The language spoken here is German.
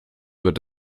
wird